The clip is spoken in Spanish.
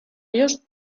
dios